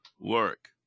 work